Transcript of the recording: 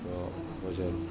તો ભજન